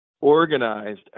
organized